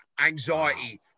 anxiety